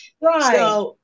Right